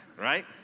right